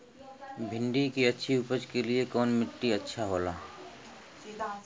भिंडी की अच्छी उपज के लिए कवन मिट्टी अच्छा होला?